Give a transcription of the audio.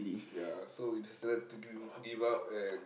ya so we decided to gi~ give up and